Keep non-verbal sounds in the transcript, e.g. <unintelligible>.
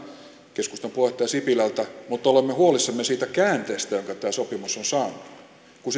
keskustan puheenjohtaja sipilältä mutta olemme huolissamme siitä käänteestä jonka tämä sopimus on saanut kun <unintelligible>